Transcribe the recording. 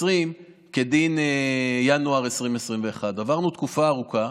כדין ינואר 2021. עברנו תקופה ארוכה,